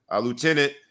Lieutenant